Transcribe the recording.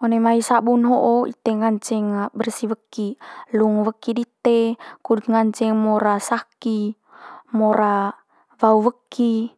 One mai sabun ho'o ite nganceng bersi weki, lung weki dite, kut nganceng mora saki, mora wau weki.